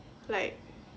like